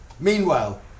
Meanwhile